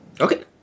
Okay